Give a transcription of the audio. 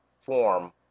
form